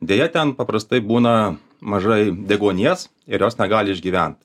deja ten paprastai būna mažai deguonies ir jos negali išgyvent